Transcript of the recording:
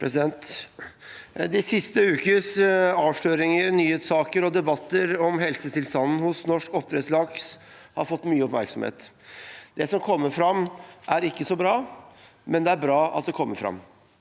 De siste ukers avslø- ringer, nyhetssaker og debatter om helsetilstanden hos norsk oppdrettslaks har fått mye oppmerksomhet. Det som kommer fram, er ikke så bra – men det er bra at det kommer fram.